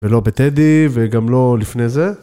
ולא בטדי וגם לא לפני זה.